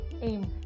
aim